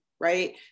right